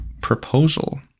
proposal